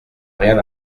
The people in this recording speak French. rien